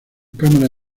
cámara